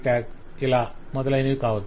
మొదలైనవి కావచ్చు